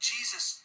Jesus